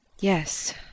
Yes